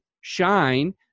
shine